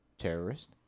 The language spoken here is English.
Terrorist